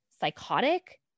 psychotic